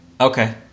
Okay